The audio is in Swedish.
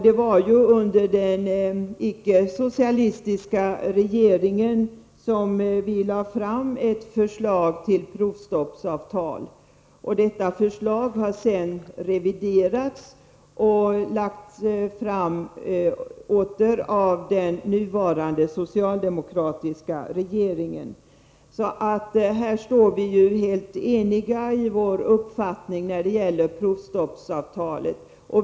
Det var ju under den icke-socialistiska regeringen som vi lade fram ett förslag till provstoppsavtal. Detta förslag har sedan reviderats och åter lagts fram av den nuvarande socialdemokratiska regeringen. Här står vi alltså helt eniga i vår uppfattning när det gäller provstoppsavtalet.